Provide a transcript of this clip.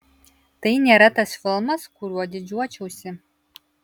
tai nėra tas filmas kuriuo didžiuočiausi